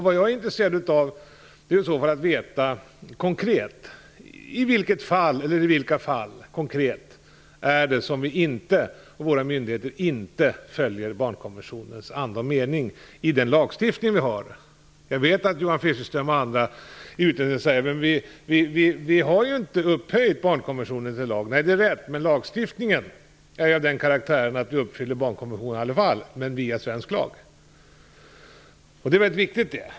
Det jag är intresserad av att veta är i så fall i vilka konkreta fall vi och våra myndigheter inte följer barnkonventionens anda och mening i den lagstiftning vi har. Jag vet att Johan Fischerström och andra i utredningen säger att vi inte har upphöjt barnkonventionen till lag. Det är rätt. Men lagstiftningen är av den karaktären att den ändå uppfyller barnkonventionen, men via svensk lag. Det är mycket viktigt.